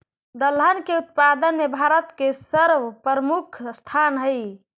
दलहन के उत्पादन में भारत के सर्वप्रमुख स्थान हइ